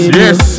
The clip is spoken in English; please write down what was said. yes